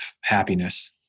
happiness